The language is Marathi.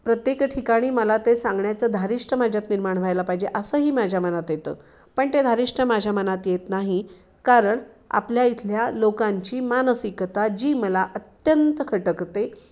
प्रत्येक ठिकाणी मला ते सांगण्याचं धारिष्ट्य माझ्यात निर्माण व्हायला पाहिजे असंही माझ्या मनात येतं पण ते धारिष्ट्य माझ्या मनात येत नाही कारण आपल्या इथल्या लोकांची मानसिकता जी मला अत्यंत खटकते